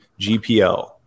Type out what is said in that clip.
GPL